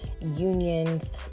unions